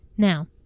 Now